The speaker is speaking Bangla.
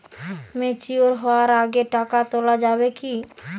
ম্যাচিওর হওয়ার আগে টাকা তোলা যাবে কিনা?